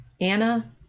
Anna